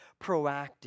proactive